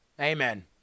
Amen